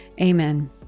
Amen